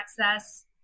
access